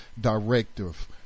Directive